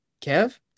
Kev